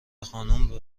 خانوم